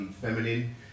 feminine